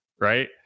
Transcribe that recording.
Right